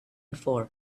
for